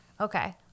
Okay